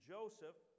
Joseph